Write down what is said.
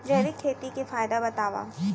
जैविक खेती के फायदा बतावा?